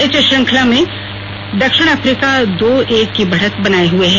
इस श्रृंखला में दक्षिण अफ्रीका दो एक की बढ़त बनाए हुए है